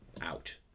out